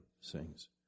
sings